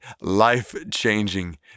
life-changing